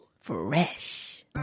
Fresh